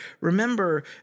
remember